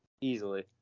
Easily